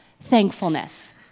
thankfulness